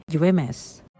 UMS